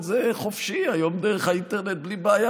זה חופשי היום דרך האינטרנט בלי בעיה.